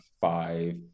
five